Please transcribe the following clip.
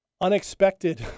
Unexpected